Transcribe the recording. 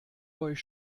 euch